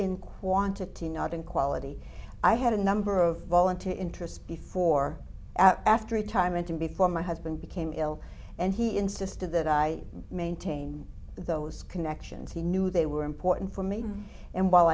in quantity not in quality i had a number of volunteer interest before after retirement and before my husband became ill and he insisted that i maintain those connections he knew they were important for me and while